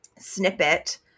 snippet